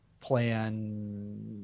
plan